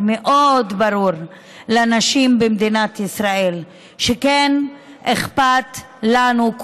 מאוד ברור לנשים במדינת ישראל שכן אכפת לנו,